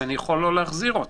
אני יכול לא להחזיר אותה.